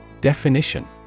Definition